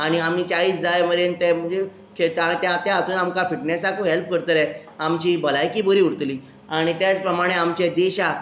आनी आमी चाळीस जाय मेरेन ते म्हन्जे खे ते त्या त्या हातून आमकां फिटनसाकूय हॅल्प करतले आमची भलायकी बरी उरतली आनी त्याच प्रमाणे आमच्या देशाक